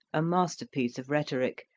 a masterpiece of rhetoric,